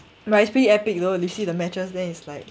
but it's pretty epic though you see the matches then is like